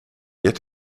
yet